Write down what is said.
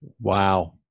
Wow